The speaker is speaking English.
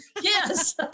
yes